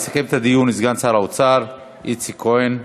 יסכם את הדיון סגן שר האוצר איציק כהן.